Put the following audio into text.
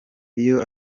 iyo